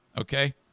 Okay